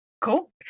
Cool